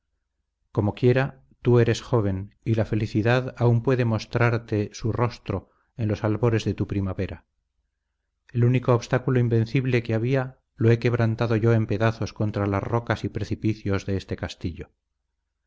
torres comoquiera tú eres joven y la felicidad aún puede mostrarte su rostro en los albores de tu primavera el único obstáculo invencible que había lo he quebrantado yo en pedazos contra las rocas y precipicios de este castillo